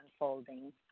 unfolding